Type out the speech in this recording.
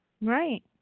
Right